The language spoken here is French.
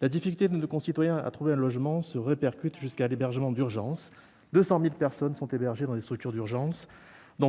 La difficulté de nos concitoyens à trouver un logement se répercute jusqu'à l'hébergement d'urgence : 200 000 personnes sont hébergées dans des structures d'urgence,